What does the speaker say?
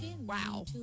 Wow